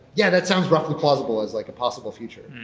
yeah, that sounds roughly plausible as like a possible future,